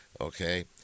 Okay